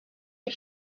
est